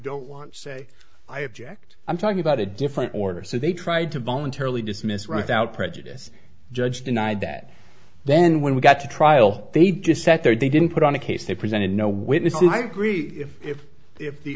don't want to say i object i'm talking about a different order so they tried to voluntarily dismiss right out prejudice judge denied that then when we got to trial they'd just sat there they didn't put on a case they presented no witnesses and i agree if if if the